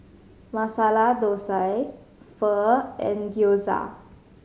Masala Dosa Pho and Gyoza